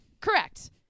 Correct